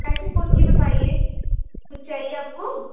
कैसे फोन की बताइए कुछ चाहिए आपको